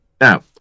Now